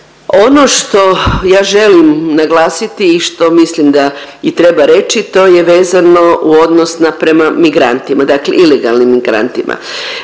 Ono što ja želim naglasiti i što mislim da i treba reći to je vezano u odnos na prema migrantima, dakle ilegalnim migrantima.